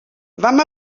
vam